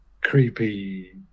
creepy